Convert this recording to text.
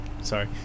Sorry